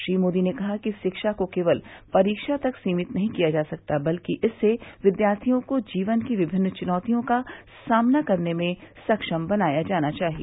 श्री मोदी ने कहा कि शिक्षा को केवल परीक्षा तक सीमित नहीं किया जा सकता बल्कि इससे विद्यार्थियों को जीवन की विभिन्न चुनौतियों का सामना करने में सक्षम बनाया जाना चाहिए